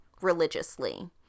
religiously